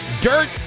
dirt